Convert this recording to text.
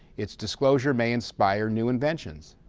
its disclosure may inspire new inventions,